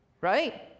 Right